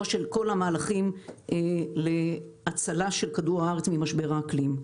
של כל המהלכים להצלה של כדור הארץ ממשבר האקלים.